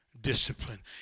discipline